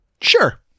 Sure